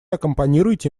аккомпанируйте